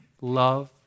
love